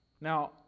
Now